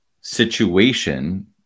situation